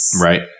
right